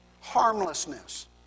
harmlessness